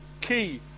key